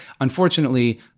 Unfortunately